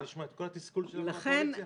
את רוצה לשמוע את כל התסכול שלנו מהקואליציה?